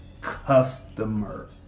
customer